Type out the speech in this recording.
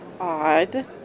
odd